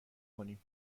کنیم